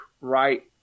right